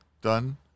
done